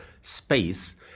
space